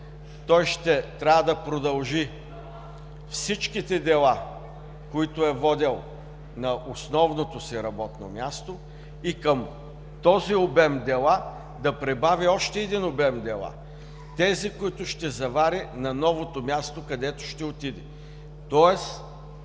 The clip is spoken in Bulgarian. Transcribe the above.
Той ще трябва да продължи всичките дела, които е водил на основното си работно място и към този обем дела да прибави още един обем дела – тези, които ще завари на новото място, където ще отиде.